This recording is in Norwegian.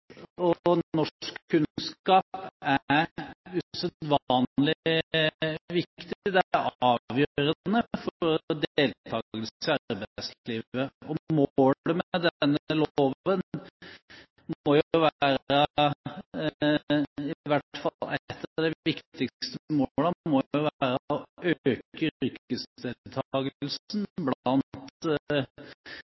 Norsk og norskkunnskap er usedvanlig viktig. Det er avgjørende for deltakelse i arbeidslivet. I hvert fall ett av de viktigste målene med denne loven må jo være å øke yrkesdeltakelsen blant dem som er